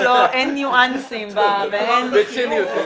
אין ניואנסים ואין חיוך --- זה בציניות.